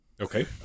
Okay